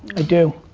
i do.